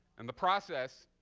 and the process